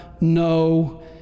no